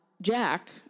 Jack